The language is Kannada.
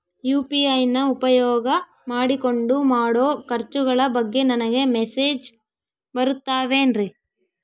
ಯು.ಪಿ.ಐ ನ ಉಪಯೋಗ ಮಾಡಿಕೊಂಡು ಮಾಡೋ ಖರ್ಚುಗಳ ಬಗ್ಗೆ ನನಗೆ ಮೆಸೇಜ್ ಬರುತ್ತಾವೇನ್ರಿ?